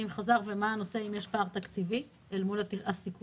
האם חזר ומה הנושא אם יש פער תקציבי אל מול הסיכום.